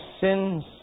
sins